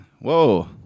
Whoa